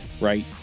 right